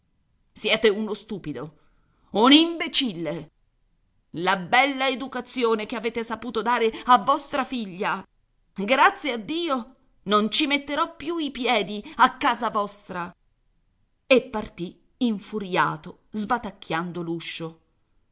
siete uno stupido un imbecille la bella educazione che avete saputo dare a vostra figlia grazie a dio non ci metterò più i piedi a casa vostra e partì infuriato sbatacchiando l'uscio